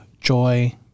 joy